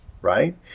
Right